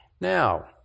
Now